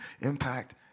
impact